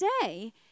today